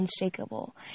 unshakable